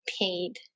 paid